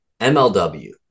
MLW